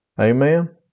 Amen